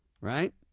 right